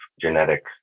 genetic